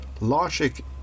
logic